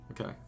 Okay